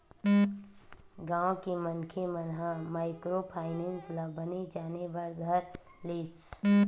गाँव के मनखे मन ह माइक्रो फायनेंस ल बने जाने बर धर लिस